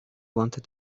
wanted